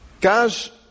Guys